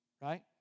right